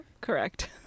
Correct